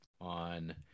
on